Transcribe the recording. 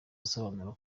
asobanura